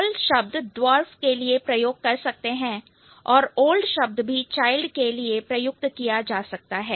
tall शब्द dwarf के लिए प्रयोग कर सकते हैं और ओल्ड शब्द भी चाइल्ड के लिए प्रयुक्त हो सकता है